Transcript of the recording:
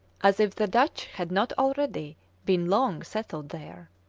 as if the dutch had not already been long settled there.